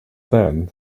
then